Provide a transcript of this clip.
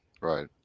Right